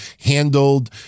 handled